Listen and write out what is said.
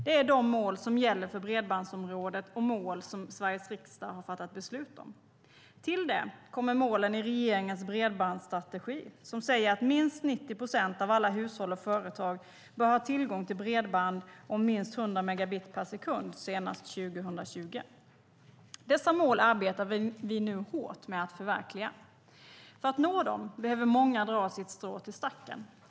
Det är de mål som gäller för bredbandsområdet och mål som Sveriges riksdag har fattat beslut om. Till det kommer målen i regeringens bredbandsstrategi som säger att minst 90 procent av alla hushåll och företag bör ha tillgång till bredband om minst 100 megabit per sekund senast 2020. Dessa mål arbetar vi nu hårt med att förverkliga. För att nå dem behöver många dra sitt strå till stacken.